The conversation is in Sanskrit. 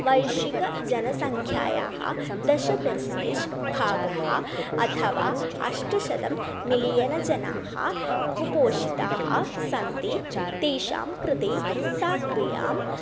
वैश्विकजनसङ्ख्यायाः दश पर्सेण्टेज् भागः अथवा अष्टशतं मिलियनजनाः कुपोषिताः सन्ति तेषां कृते सा क्रियां